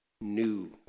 New